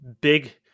big